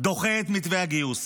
דוחה את מתווה הגיוס,